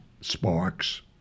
Sparks